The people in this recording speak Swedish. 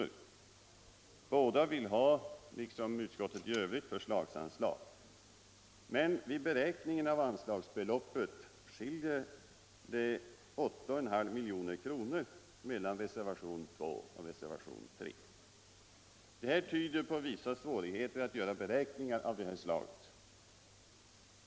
I båda reservationerna förordar man liksom utskottsmajoriteten förslagsanslag, men vad gäller beräkningen av anslagsbeloppet skiljer det 8,5 milj.kr. mellan reservationen 2 och reservationen 3. Det tyder på vissa svårigheter att göra beräkningar av det här slaget.